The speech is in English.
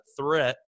threat